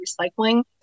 recycling